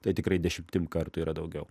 tai tikrai dešimtim kartų yra daugiau